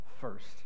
first